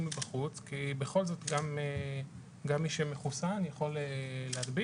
מבחוץ כי בכל זאת גם מי שמחוסן יכול להדביק.